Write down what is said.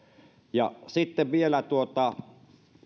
sitten vielä